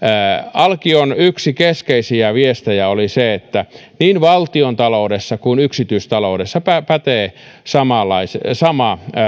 alkion yksi keskeisiä viestejä oli se että niin valtiontaloudessa kuin yksityistaloudessa pätee sama